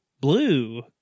blue